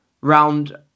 round